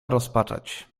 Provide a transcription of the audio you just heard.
rozpaczać